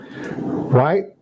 Right